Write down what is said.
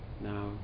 now